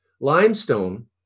Limestone